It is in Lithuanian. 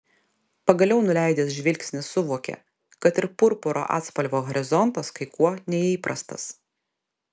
pagaliau nuleidęs žvilgsnį suvokė kad ir purpuro atspalvio horizontas kai kuo neįprastas